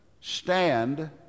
stand